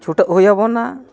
ᱪᱷᱩᱴᱟᱹᱜ ᱦᱩᱭ ᱟᱵᱚᱱᱟ